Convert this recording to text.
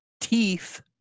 teeth